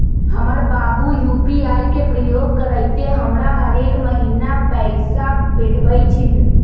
हमर बाबू यू.पी.आई के प्रयोग करइते हमरा हरेक महिन्ना पैइसा पेठबइ छिन्ह